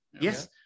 Yes